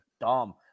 dumb